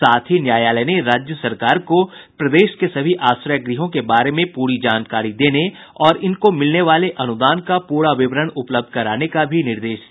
साथ ही न्यायालय ने राज्य सरकार को प्रदेश के सभी आश्रय गृहों के बारे में पूरी जानकारी देने और इनको मिलने वाले अनुदान का पूरा विवरण उपलब्ध कराने का भी निर्देश दिया